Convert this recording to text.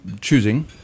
choosing